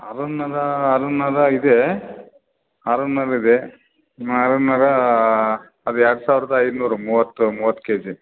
ಅರ್ N R R N R ಇದೆ R N R ಇದೆ ನಿಮ್ಮ ಅರ್ ಅನ್ ಅರಾ ಅದು ಎರಡು ಸಾವಿರದ ಐನೂರು ಮೂವತ್ತು ಮೂವತ್ತು ಕೆಜಿ